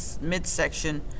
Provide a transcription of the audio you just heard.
midsection